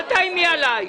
אל תאיימי עליי.